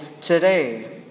today